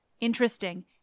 interesting